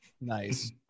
Nice